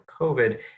COVID